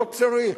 לא צריך.